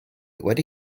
wedi